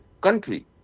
country